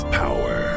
power